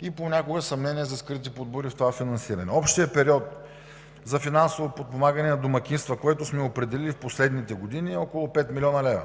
и понякога съмнения за скрити подбуди в това финансиране. Общият период за финансово подпомагане на домакинства, който сме определили в последните години, е около 5 млн. лв.